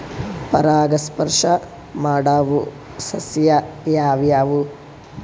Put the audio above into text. ಪರಾಗಸ್ಪರ್ಶ ಮಾಡಾವು ಸಸ್ಯ ಯಾವ್ಯಾವು?